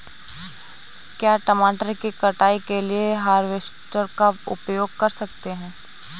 क्या मटर की कटाई के लिए हार्वेस्टर का उपयोग कर सकते हैं?